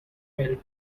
help